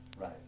right